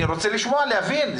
אני רוצה לשמוע ולהבין,